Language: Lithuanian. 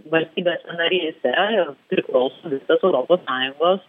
valstybės narėse ir priklauso visos europos sąjungos